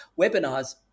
Webinars